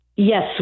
Yes